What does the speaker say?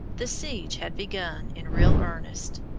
the siege had begun in real earnest.